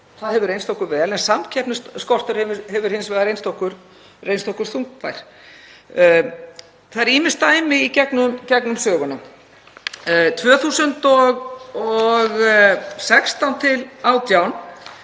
það hefur reynst okkur vel en samkeppnisskorturinn hefur hins vegar reynst okkur þungbær. Það eru ýmis dæmi í gegnum söguna. Árin 2016–2018